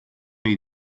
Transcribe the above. ohi